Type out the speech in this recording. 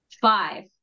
Five